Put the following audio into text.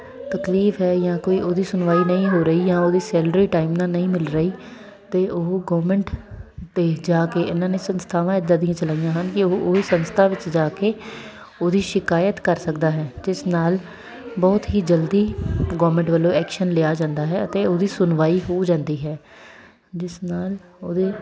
ਤਕਲੀਫ ਹੈ ਜਾਂ ਕੋਈ ਉਹਦੀ ਸੁਣਵਾਈ ਨਹੀਂ ਹੋ ਰਹੀ ਜਾਂ ਉਹਦੀ ਸੈਲਰੀ ਟਾਈਮ ਨਾਲ ਨਹੀਂ ਮਿਲ ਰਹੀ ਅਤੇ ਉਹ ਗਵਰਨਮੈਂਟ ਅਤੇ ਜਾ ਕੇ ਇਹਨਾਂ ਨੇ ਸੰਸਥਾਵਾਂ ਇੱਦਾਂ ਦੀਆਂ ਚਲਾਈਆਂ ਹਨ ਕਿ ਉਹ ਓਹ ਸੰਸਥਾ ਵਿੱਚ ਜਾ ਕੇ ਉਹਦੀ ਸ਼ਿਕਾਇਤ ਕਰ ਸਕਦਾ ਹੈ ਜਿਸ ਨਾਲ ਬਹੁਤ ਹੀ ਜਲਦੀ ਗਵਰਮੈਂਟ ਵੱਲੋਂ ਐਕਸ਼ਨ ਲਿਆ ਜਾਂਦਾ ਹੈ ਅਤੇ ਉਹਦੀ ਸੁਣਵਾਈ ਹੋ ਜਾਂਦੀ ਹੈ ਜਿਸ ਨਾਲ ਉਹਦੇ